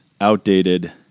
outdated